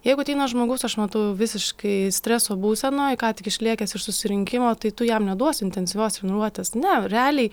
jeigu ateina žmogaus aš matau visiškai streso būsenoj ką tik išlėkęs iš susirinkimo tai tu jam neduosi intensyvios treniruotės ne realiai